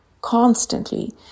constantly